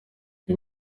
uyu